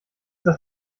das